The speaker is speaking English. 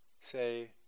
say